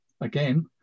again